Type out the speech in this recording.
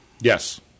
Yes